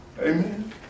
Amen